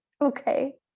Okay